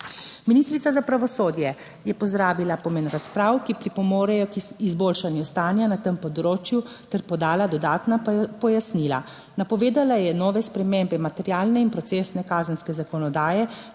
Ministrica za pravosodje je pozdravila pomen razprav, ki pripomorejo k izboljšanju stanja na tem področju ter podala dodatna pojasnila. Napovedala je nove spremembe materialne in procesne kazenske zakonodaje